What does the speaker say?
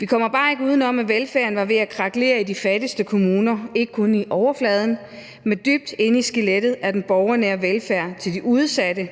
Vi kommer bare ikke uden om, at velfærden var ved at krakelere i de fattigste kommuner, ikke kun på overfladen, men dybt inde i skelettet af den borgernære velfærd til de udsatte,